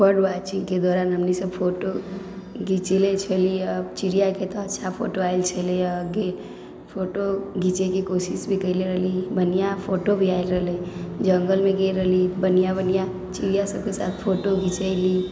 बर्डवॉचिंगके दौरान हमनी सब फोटो घीची लै छलियै चिड़ियाके तऽ अच्छा फोटो आयल छलै हँ फोटो घीचैके कोशिश भी कयले रहली बन्हिया फोटो भी आयल रहलै जंगलमे गेल रहलियै बन्हिया बन्हिया चिड़िआ सबके साथ फोटो घीचेली